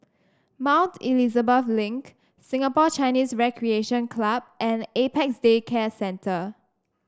Mount Elizabeth Link Singapore Chinese Recreation Club and Apex Day Care Centre